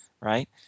right